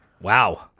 Wow